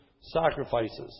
sacrifices